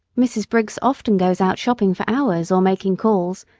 mrs. briggs often goes out shopping for hours, or making calls,